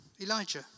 Elijah